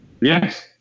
Yes